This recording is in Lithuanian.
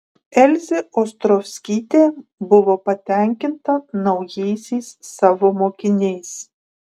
elzė ostrovskytė buvo patenkinta naujaisiais savo mokiniais